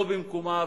לא במקומה,